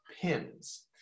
pins